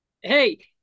hey